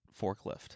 forklift